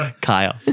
Kyle